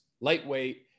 lightweight